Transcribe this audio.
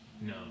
No